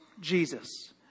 Jesus